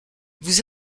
vous